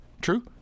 True